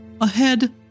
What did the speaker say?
ahead